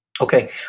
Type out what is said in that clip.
Okay